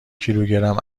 کیلوگرم